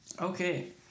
Okay